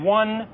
one